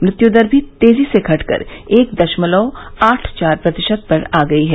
मृत्यू दर भी तेजी से घटकर एक दशमलव आठ चार प्रतिशत पर आ गई है